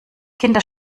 kinder